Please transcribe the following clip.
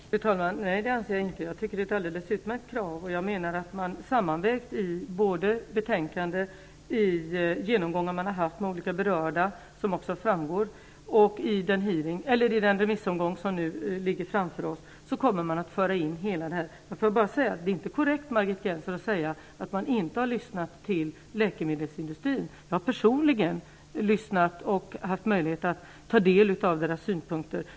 Fru talman! Nej, det anser jag inte. Jag tycker att det är ett alldeles utmärkt krav. Jag menar också att man både i betänkandet och i genomgångar som man haft med olika berörda, såsom framgått, har gjort sådana sammanvägningar och även att man i den remissomgång som nu ligger framför oss kommer att föra in sådana avvägningar. Det är inte korrekt, Margit Gennser, att säga att man inte har lyssnat till läkemedelsindustrin. Jag har personligen lyssnat till och haft möjlighet att ta del av dess synpunkter.